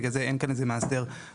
בגלל זה אין כאן איזה מאסדר ברור.